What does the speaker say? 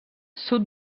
sud